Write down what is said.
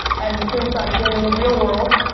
and since i've been in the real world,